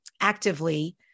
actively